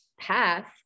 path